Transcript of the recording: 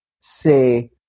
say